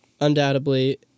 undoubtedly